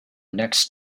next